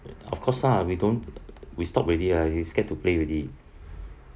of course lah we don't we stopped already lah you scared to play already